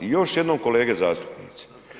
I još jednom kolege zastupnici.